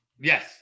Yes